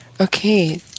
Okay